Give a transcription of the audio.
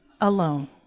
alone